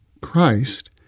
Christ